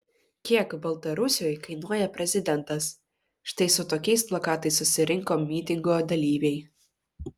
kiek baltarusiui kainuoja prezidentas štai su tokiais plakatais susirinko mitingo dalyviai